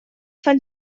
fan